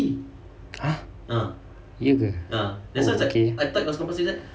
!huh! ye ke oh okay